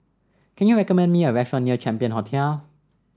can you recommend me a restaurant near Champion Hotel